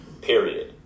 Period